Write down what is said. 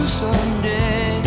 someday